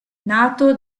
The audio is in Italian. nato